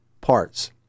parts